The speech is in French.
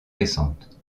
récentes